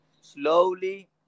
slowly